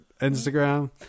Instagram